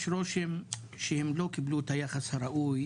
יש רושם שהם לא קיבלו את היחס הראוי,